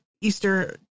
Easter